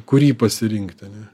kurį pasirinkti ane